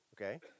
okay